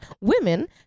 women